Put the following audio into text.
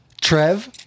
trev